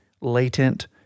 latent